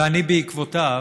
ואני, בעקבותיו,